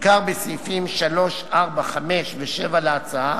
בעיקר בסעיפים 3, 4, 5, ו-7 להצעה,